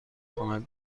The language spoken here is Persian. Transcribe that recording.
کمک